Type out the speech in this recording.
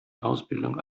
ausbildung